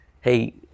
hey